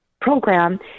program